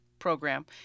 Program